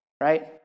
right